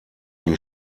die